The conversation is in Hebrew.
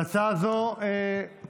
להצעה זו מוצמדת,